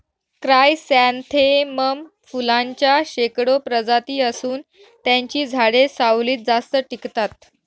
chrysanthemum फुलांच्या शेकडो प्रजाती असून त्यांची झाडे सावलीत जास्त टिकतात